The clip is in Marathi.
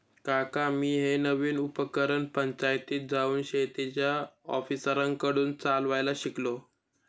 काका मी हे नवीन उपकरण पंचायतीत जाऊन शेतीच्या ऑफिसरांकडून चालवायला शिकलो